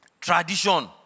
Tradition